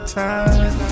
time